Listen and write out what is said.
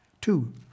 Two